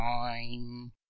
time